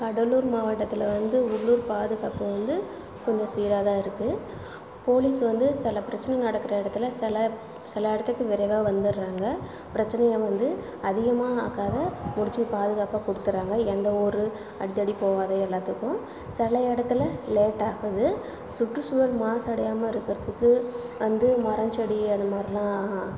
கடலூர் மாவட்டத்தில் வந்து உள்ளூர் பாதுகாப்பு வந்து கொஞ்சம் சீராக தான் இருக்குது போலீஸ் வந்து சில பிரச்சின நடக்கிற இடத்துல சில சில இடத்துக்கு விரைவாக வந்துடுறாங்க பிரச்சினைய வந்து அதிகமாக ஆக்காது முடித்து பாதுகாப்பாக கொடுத்துர்றாங்க எந்த ஒரு அடிதடி போகாது எல்லாத்துக்கும் சில இடத்துல லேட் ஆகுது சுற்றுசூழல் மாசடையாமல் இருக்கிறதுக்கு வந்து மரம் செடி அதுமாதிரிலாம்